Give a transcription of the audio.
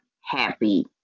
happy